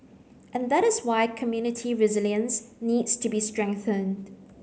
and that is why community resilience needs to be strengthened